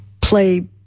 play